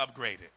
upgraded